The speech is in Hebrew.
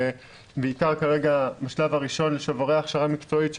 בעיקר כרגע בשלב הראשון שעוברי ההכשרה המקצועית,